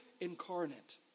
incarnate